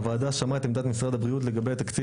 הוועדה שמעה את עמדת משרד הבריאות לגבי התקציב